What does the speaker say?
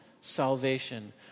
salvation